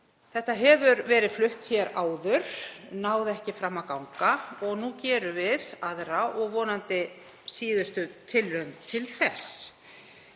Málið hefur verið flutt hér áður, náði ekki fram að ganga og nú gerum við aðra og vonandi síðustu tilraun til þess.